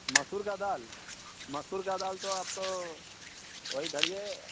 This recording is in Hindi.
मसूर की दाल मसूर की दाल तो आपको वही धरिए